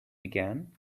began